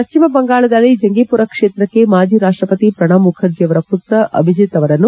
ಪಶ್ಚಿಮ ಬಂಗಾಳದಲ್ಲಿ ಜಂಗೀಪುರ ಕ್ಷೇತ್ರಕ್ಕೆ ಮಾಜಿ ರಾಷ್ಟಪತಿ ಪ್ರಣಬ್ ಮುಖರ್ಜಿ ಅವರ ಪುತ್ರ ಅಭಿಜಿತ್ ಅವರನ್ನು